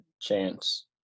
chance